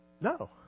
no